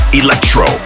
electro